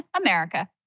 America